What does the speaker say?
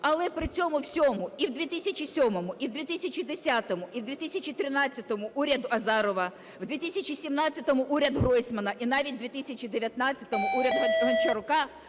Але при цьому всьому і в 2007-му, в 2010-му, і в 2013-му уряд Азарова, в 2017-му уряд Гройсмана, і навіть 2019-му уряд Гончарука